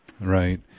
Right